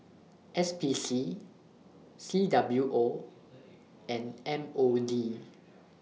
S P C C W O and M O D